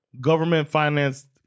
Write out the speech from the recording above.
government-financed